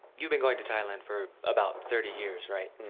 you've been going to thailand for about thirty years, right?